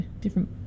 different